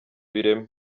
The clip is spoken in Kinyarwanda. ireme